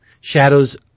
Shadows